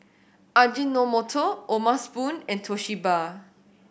Ajinomoto O'ma Spoon and Toshiba